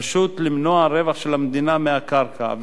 פשוט למנוע רווח של המדינה מהקרקע.